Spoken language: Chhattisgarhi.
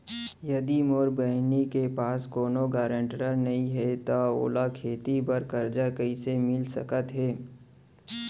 यदि मोर बहिनी के पास कोनो गरेंटेटर नई हे त ओला खेती बर कर्जा कईसे मिल सकत हे?